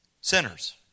Sinners